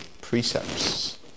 precepts